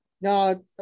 No